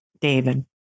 David